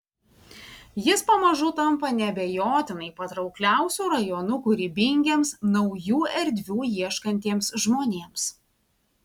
jis pamažu tampa neabejotinai patraukliausiu rajonu kūrybingiems naujų erdvių ieškantiems žmonėms